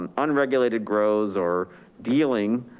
um unregulated grows or dealing,